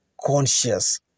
conscious